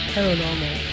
Paranormal